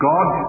God